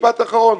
ומשפט אחרון,